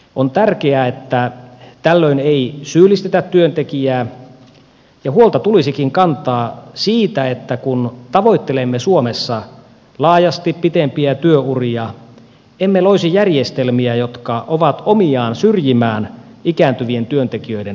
on tärkeää että tällöin ei syyllistetä työntekijää ja huolta tulisikin kantaa siitä että kun tavoittelemme suomessa laajasti pitempiä työuria emme loisi järjestelmiä jotka ovat omiaan syrjimään ikääntyvien työntekijöiden palkkaamista